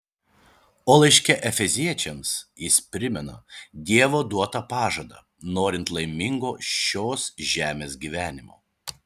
o laiške efeziečiams jis primena dievo duotą pažadą norint laimingo šios žemės gyvenimo